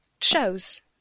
shows